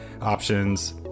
options